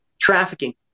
trafficking